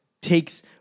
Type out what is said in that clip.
takes